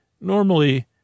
Normally